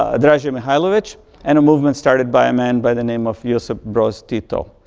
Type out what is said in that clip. ah draza mihailovic and a movement started by a man by the name of josip broz tito.